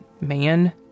man